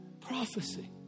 Prophecy